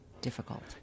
difficult